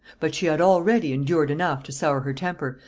but she had already endured enough to sour her temper,